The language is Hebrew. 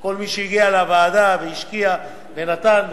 כל מי שהגיע לוועדה והשקיע ונתן.